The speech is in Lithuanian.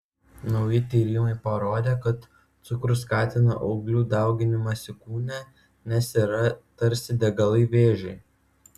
nauji tyrimai parodė kad cukrus skatina auglių dauginimąsi kūne nes yra tarsi degalai vėžiui